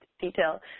detail